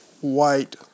White